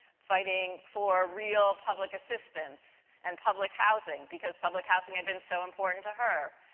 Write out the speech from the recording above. fighting for real public assistance, and public housing because public housing had been so important to her.